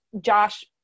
josh